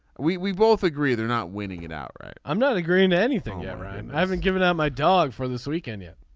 we both agree they're not winning it outright. i'm not agreeing to anything. you're yeah right. and i haven't given out my dog for this weekend yet.